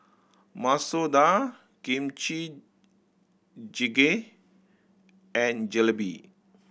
Masoor Dal Kimchi Jjigae and Jalebi